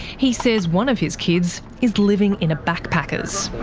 he says one of his kids is living in a backpackers'.